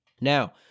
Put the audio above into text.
Now